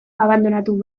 abandonatu